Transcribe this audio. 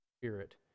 Spirit